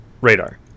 radar